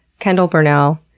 kendyll burnell,